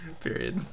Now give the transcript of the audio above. period